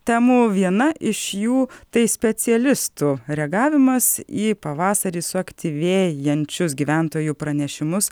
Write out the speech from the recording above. temų viena iš jų tai specialistų reagavimas į pavasarį suaktyvėjančius gyventojų pranešimus